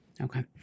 Okay